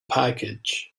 package